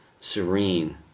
serene